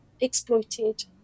exploited